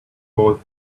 both